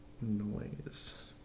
noise